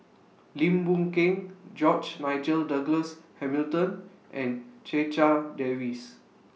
Lim Boon Keng George Nigel Douglas Hamilton and Checha Davies